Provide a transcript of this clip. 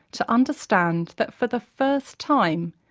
to understand that for the first time,